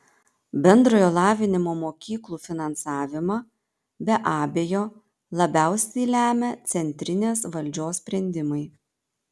bendrojo lavinimo mokyklų finansavimą be abejo labiausiai lemia centrinės valdžios sprendimai